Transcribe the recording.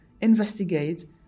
investigate